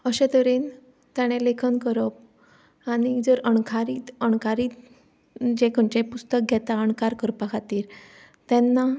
अशे तरेन ताणें लेखन करप आनी जर अणकारीत अणकारीत जें खंयचेंय पुस्तक घेता अणकार करपा खातीर तेन्ना